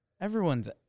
everyone's